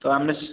ତ ଆମେ